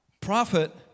prophet